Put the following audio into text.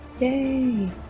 Yay